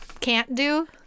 can't-do